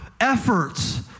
efforts